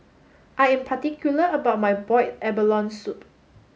I am particular about my boiled abalone soup